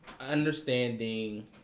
understanding